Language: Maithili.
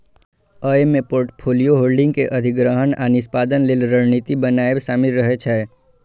अय मे पोर्टफोलियो होल्डिंग के अधिग्रहण आ निष्पादन लेल रणनीति बनाएब शामिल रहे छै